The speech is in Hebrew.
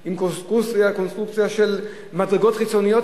עם קונסטרוקציה של מדרגות חיצוניות.